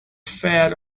fed